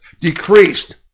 decreased